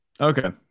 Okay